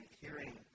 hearing